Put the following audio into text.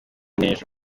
n’ejo